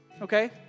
Okay